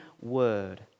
word